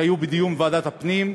כי היו בדיון בוועדת הפנים,